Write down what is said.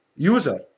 user